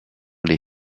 les